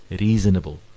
reasonable